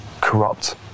corrupt